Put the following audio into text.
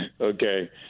Okay